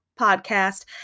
podcast